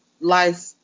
life